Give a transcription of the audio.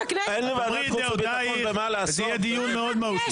תאמרי את דעותיך ויהיה דיון מאוד מהותי.